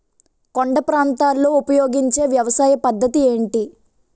కొండ ప్రాంతాల్లో ఉపయోగించే వ్యవసాయ పద్ధతి ఏంటి?